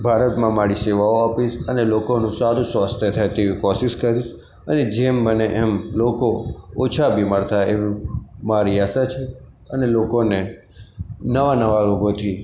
ભારતમાં મારી સેવાઓ આપીશ અને લોકોનું સારું સ્વાસ્થ્ય થાય એવી કોશિશ કરીશ અને જેમ બને એમ લોકો ઓછા બીમાર થાય એવી મારી આશા છે અને લોકોને નવાં નવાં રોગોથી